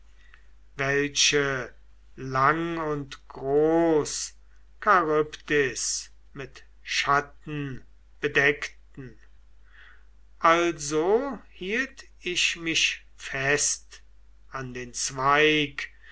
welche lang und groß charybdis mit schatten bedeckten also hielt ich mich fest an den zweig